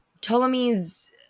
Ptolemy's